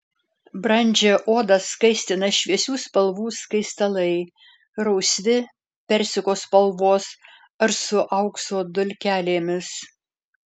brandžią odą skaistina šviesių spalvų skaistalai rausvi persiko spalvos ar su aukso dulkelėmis